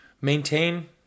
maintain